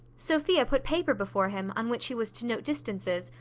sophia put paper before him, on which he was to note distances,